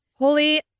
Holy